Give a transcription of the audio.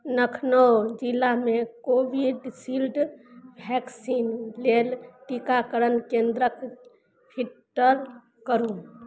लखनउ जिलामे Covishield vaccine लेल टीकाकरण केन्द्रक फिल्टर करु